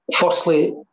firstly